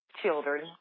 children